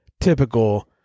typical